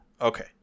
Okay